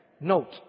Note